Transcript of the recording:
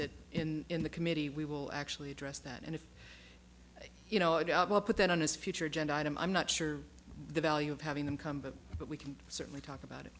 discuss it in the committee we will actually address that and if you know i doubt we'll put that on his future agenda item i'm not sure the value of having them come back but we can certainly talk about it